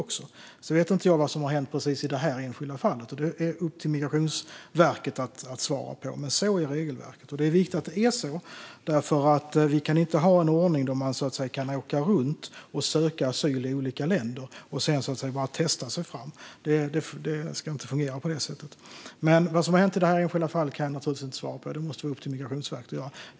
Jag vet inte vad som har hänt i det här enskilda fallet - det är det upp till Migrationsverket att svara på - men så ser regelverket ut. Det är viktigt att det är så, för vi kan inte ha en ordning där man kan åka runt och söka asyl i olika länder och så att säga testa sig fram. Det ska inte fungera på det sättet. Men vad som har hänt i det här enskilda fallet kan jag naturligtvis inte svara på, utan det måste vara upp till Migrationsverket att göra.